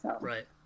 Right